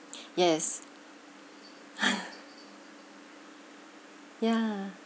yes yeah